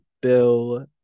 Bill